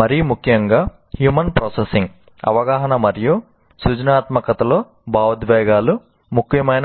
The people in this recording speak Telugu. మరీ ముఖ్యంగా హ్యూమన్ ప్రాసెసింగ్ లో భావోద్వేగాలు చాలా